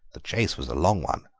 the chase was a long one,